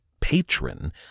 patron